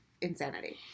insanity